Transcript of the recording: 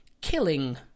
killing